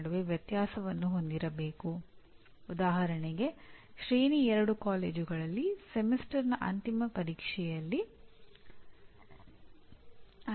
ನಾನು ಮುಖ್ಯವೆಂದು ಪರಿಗಣಿಸುವದನ್ನು ನಾನು ಕಲಿಸುತ್ತೇನೆ ಮತ್ತು ಸೆಮಿಸ್ಟರ್ನ ಕೊನೆಯಲ್ಲಿ ಅದನ್ನೇ ಸ್ವೀಕರಿಸಬೇಕು ಮತ್ತು ನಿರ್ವಹಿಸಬೇಕು